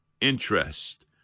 interest